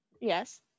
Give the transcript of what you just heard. Yes